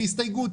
בהסתייגות.